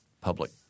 public